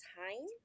time